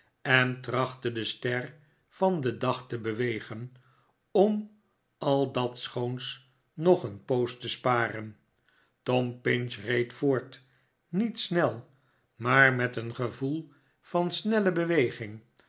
en trachtte de ster van den dag te bewegen om al dat schoons nog een poos te sparen tom pinch reed voort niet snel maar met een gevoel van snelle beweging